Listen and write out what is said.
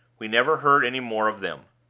we never heard any more of them.